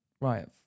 right